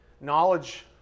Knowledge